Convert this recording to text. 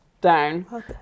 down